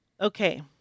Okay